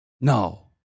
No